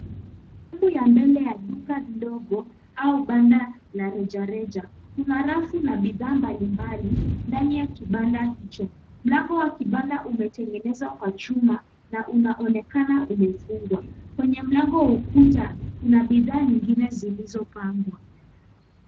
Sehemu ya mbele ya duka ndogo au banda la rejareja, kuna rafu na bidhaa mbalimbali ndani ya kibanda hicho, mlango wa kibanda umetengenezwa kwa chuma na unaonekana umefungwa ,kwenye mlango wa ukuta kuna bidhaa nyingine zilizopangwa.